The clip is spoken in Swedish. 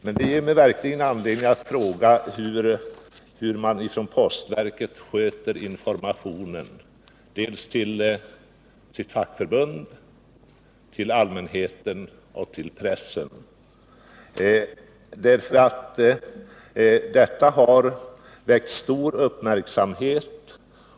Detta ger mig verkligen anledning att fråga hur man inom postverket sköter informationen dels till fackförbundet, dels till allmänheten och pressen. Detta har väckt stor uppmärksamhet.